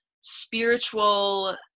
spiritual